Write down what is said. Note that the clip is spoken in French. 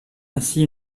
ainsi